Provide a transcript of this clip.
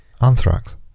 Anthrax